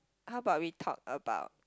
how about we talk about